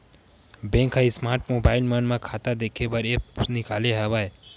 bank ह smart mobile मन म खाता देखे बर ऐप्स निकाले हवय